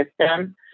system